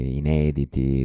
inediti